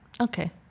Okay